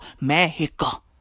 Mexico